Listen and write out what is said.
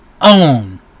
own